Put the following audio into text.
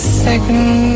second